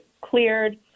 cleared